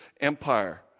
empire